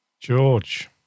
George